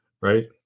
right